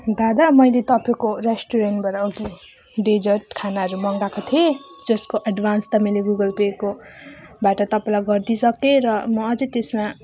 दादा मैले तपाईँको रेस्टुरेन्टबाट अघि डेजर्ट खानाहरू मगाएको थिएँ जसको एडभान्स त मैले गुगल पेकोबाट तपाईँलाई गरिदिई सकेँ र म अझै त्यसमा